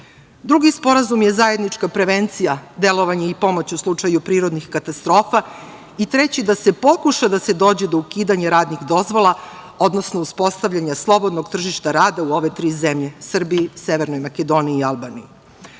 robom. Drugi sporazum je zajednička prevencija delovanje i pomoć u slučaju prirodnih katastrofa i treći da se pokuša da se dođe do ukidanja radnih dozvola, odnosno uspostavljanja slobodnog tržišta rada u ove tri zemlje - Srbiji, Severnoj Makedoniji i Albaniji. Ovakvim